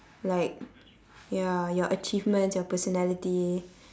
like ya your achievements your personality